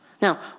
Now